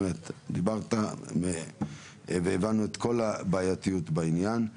באמת, דיברת והבנו את כל הבעייתיות בעניין.